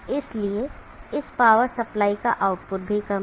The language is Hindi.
इसलिए इस पावर सप्लाई का आउटपुट भी कम है